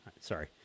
sorry